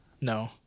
No